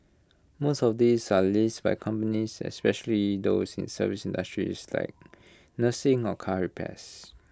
most of these are leased by companies especially those in service industries like nursing or car repairs